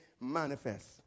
manifest